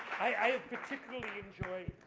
i have particular.